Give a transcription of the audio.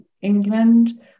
England